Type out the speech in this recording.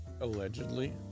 Allegedly